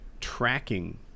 tracking